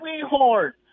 sweetheart